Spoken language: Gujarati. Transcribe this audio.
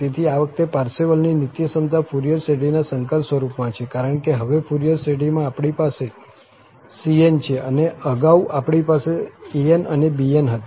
તેથી આ વખતે પારસેવલની નિત્યસમતા ફુરિયર શ્રેઢીના સંકર સ્વરૂપમાં છે કારણ કે હવે ફુરિયર શ્રેઢીમાં આપણી પાસે cn છે અને અગાઉ આપણી પાસે an અને bn હતા